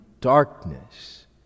darkness